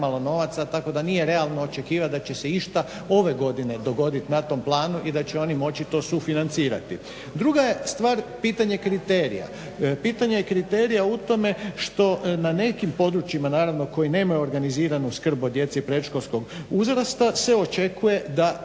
tako da nije realno očekivat da će se išta ove godine dogodit na tom planu i da će ono moći to sufinancirati. Druga je stvar pitanje kriterija, pitanje kriterija u tome što na nekim područjima koji nemaju naravno organiziranu skrb od djece predškolskog uzrasta se očekuje da